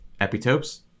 epitopes